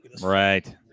Right